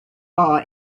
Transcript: bar